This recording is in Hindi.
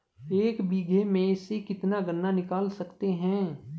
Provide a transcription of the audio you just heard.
एक बीघे में से कितना गन्ना निकाल सकते हैं?